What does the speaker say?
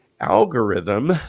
algorithm